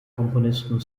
komponisten